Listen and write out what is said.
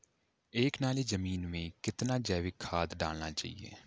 एक नाली जमीन में कितना जैविक खाद डालना चाहिए?